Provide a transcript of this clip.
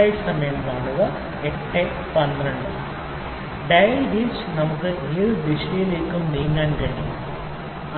dial gauge നമുക്ക് ഏത് ദിശയിലേക്കും നീങ്ങാൻ കഴിയും